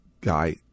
guy